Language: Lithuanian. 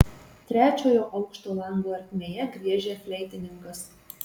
trečiojo aukšto lango ertmėje griežia fleitininkas